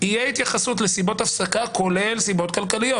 התייחסות לסיבות הפסקה כולל סיבות כלכליות.